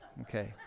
Okay